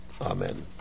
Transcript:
Amen